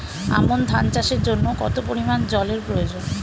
আমন ধান চাষের জন্য কত পরিমান জল এর প্রয়োজন?